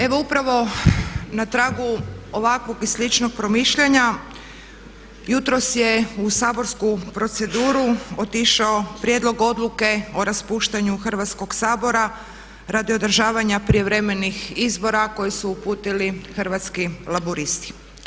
Evo upravo na tragu ovakvog i sličnog promišljanja jutros je u saborsku proceduru otišao Prijedlog odluke o raspuštanju Hrvatskog sabora radi održavanja prijevremenih izbora koje su uputili Hrvatski laburisti.